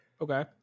okay